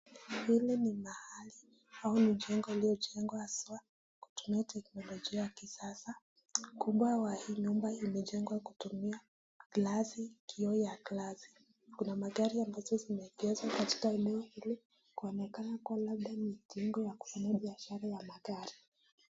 Hili ni mahali au jengo lililo jengwa haswaa kutumia teknolojia ya kisasa, ukubwa wa hii nyumba imejengwa kutumia glasi , kioo ya glasi . Kuna magari ambazo zimeegezwa katika eneo hili inaonekana labda ni jengo la kufanyia biashara ya magari.